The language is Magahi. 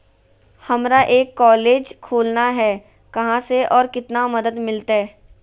हमरा एक कॉलेज खोलना है, कहा से और कितना मदद मिलतैय?